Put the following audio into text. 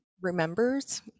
remembers